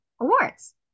Awards